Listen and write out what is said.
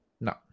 No